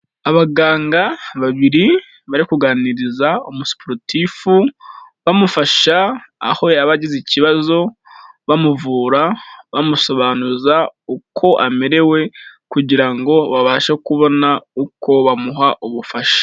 Abaganga babiri bari kuganiriza umusiporutifu bamufasha aho yaba agize ikibazo, bamuvura, bamusobanuza uko amerewe kugira ngo babashe kubona uko bamuha ubufasha.